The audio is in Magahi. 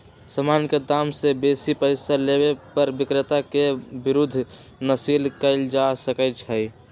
समान के दाम से बेशी पइसा लेबे पर विक्रेता के विरुद्ध नालिश कएल जा सकइ छइ